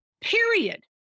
period